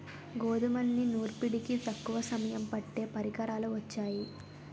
గోధుమల్ని నూర్పిడికి తక్కువ సమయం పట్టే పరికరాలు వొచ్చాయి